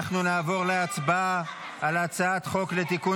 אנחנו נעבור להצבעה על הצעת חוק לתיקון